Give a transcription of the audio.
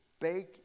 bake